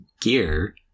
gear